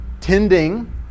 tending